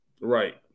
Right